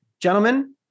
Gentlemen